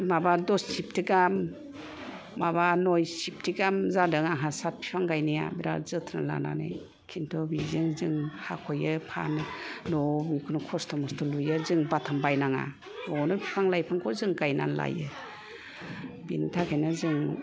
माबा दस सेबथि गाहाम माबा नय सेबथि गाहाम जादों हासार बिफां गायनाया बिराथ जोथोन लानानै किन्थु बिजों जों हाख' यो फानो न' आव खस्थ' मस्थ'यै लुयो जों बाथाम बायनाङा न' आवनो बिफां लायफांखौ जों गायना लायो बेनि थाखायनो जों